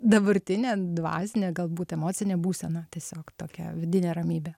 dabartinę dvasinę galbūt emocinę būseną tiesiog tokia vidinė ramybė